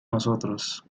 nosotros